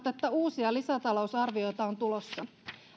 että uusia lisätalousarvioita on tulossa